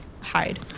hide